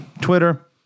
Twitter